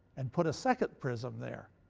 and put a second prism there.